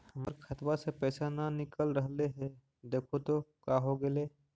हमर खतवा से पैसा न निकल रहले हे देखु तो का होगेले?